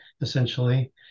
essentially